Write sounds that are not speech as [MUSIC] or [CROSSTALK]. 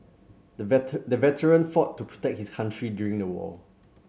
the [UNINTELLIGIBLE] the veteran fought to protect his country during the war